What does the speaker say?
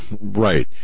Right